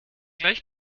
gleich